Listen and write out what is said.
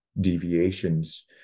deviations